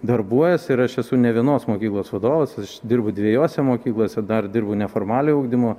darbuojas ir aš esu ne vienos mokyklos vadovas aš dirbu dviejose mokyklose dar dirbu neformaliojo ugdymo